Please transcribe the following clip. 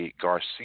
Garcia